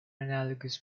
analogous